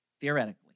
theoretically